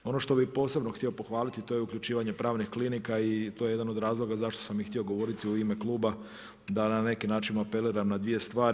Ono što bi posebno htio pohvaliti, to je uključivanje pravnih klinika i to je jedan od razloga zašto sam htio govoriti u ime kluba da na neki način apeliram na dvije stvari.